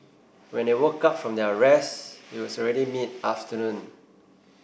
when they woke up from their rest it was already mid afternoon